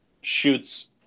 shoots